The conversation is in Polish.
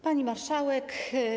Pani Marszałek!